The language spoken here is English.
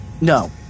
No